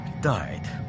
died